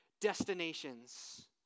Destinations